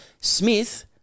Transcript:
Smith